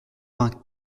vingt